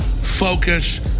focus